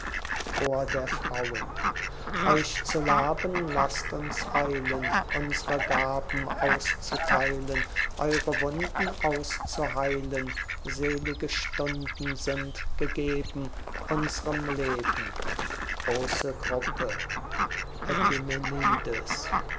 chor der frauen euch zu laben laßt uns eilen unsre gaben auszuteilen eure wunden auszuheilen selige stunden sind gegeben unsrem leben große gruppe epimenides